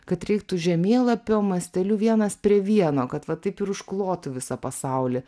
kad reiktų žemėlapio masteliu vienas prie vieno kad va taip ir užklotų visą pasaulį